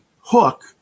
hook